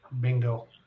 Bingo